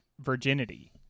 virginity